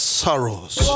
sorrows